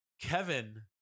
Kevin